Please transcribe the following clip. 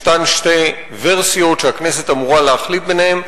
יש שתי ורסיות שהכנסת אמורה להחליט ביניהן,